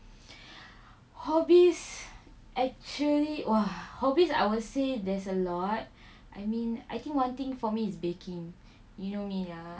hobbies actually !wah! hobbies I would say there's a lot I mean I think one thing for me is baking you know me lah